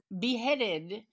beheaded